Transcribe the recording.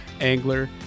angler